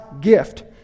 gift